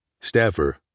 Staffer